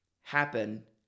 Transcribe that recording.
happen